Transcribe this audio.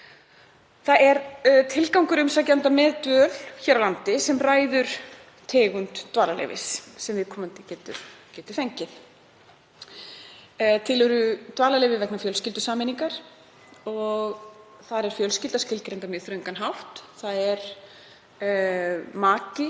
Tilgangur umsækjenda með dvöl hér á landi ræður tegund dvalarleyfis sem viðkomandi getur fengið. Til eru dvalarleyfi vegna fjölskyldusameiningar og þar er fjölskylda skilgreind á mjög þröngan hátt. Aðeins